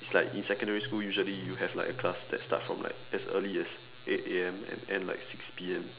it's like in secondary school usually you have like a class that starts from like as early as eight A_M and ends like six P_M